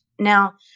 Now